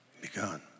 begun